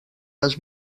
les